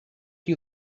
you